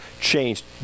changed